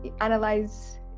analyze